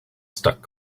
stuck